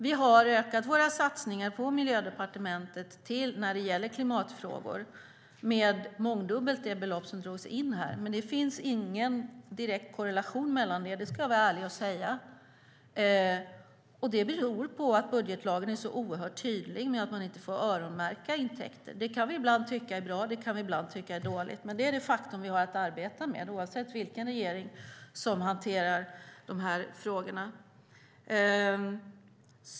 Vi har ökat våra satsningar på Miljödepartementet när det gäller klimatfrågor med mångdubbelt det belopp som drogs in här, men det finns ingen direkt korrelation däremellan - det ska jag vara ärlig och säga. Det beror på att budgetlagen är oerhört tydlig med att man inte får öronmärka intäkter. Det kan vi ibland tycka är bra. Det kan vi ibland tycka är dåligt. Men det är det faktum vi har att arbeta med, oavsett vilken regering som hanterar de här frågorna.